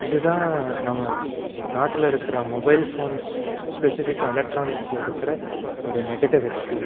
இது தான் நம்ம நாட்டில் இருக்கிற மொபைல் ஃபோன்ஸ் ஸ்பெசிஃபிக்காக எலெக்ட்ரானிக்ஸில் இருக்கிற ஒரு நெகட்டிவ் எக்ஸ்பீரியன்ஸ்